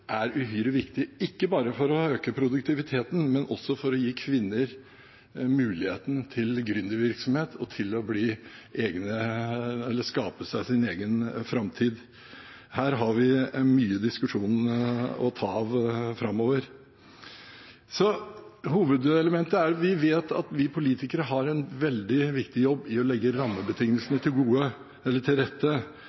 er uhyre viktig, ikke bare for å øke produktiviteten, men for å gi kvinner mulighet til gründervirksomhet og til å skape seg sin egen framtid. Her har vi mye å diskutere framover. Hovedelementet er at vi politikere har en veldig viktig jobb i å legge